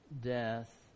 death